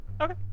Okay